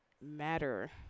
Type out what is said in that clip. matter